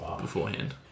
beforehand